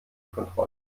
kontrolle